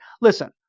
listen